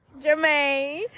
Jermaine